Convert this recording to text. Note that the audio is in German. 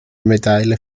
medaille